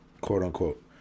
quote-unquote